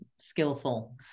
skillful